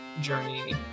journey